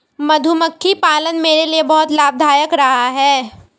मधुमक्खी पालन मेरे लिए बहुत लाभदायक रहा है